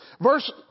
Verse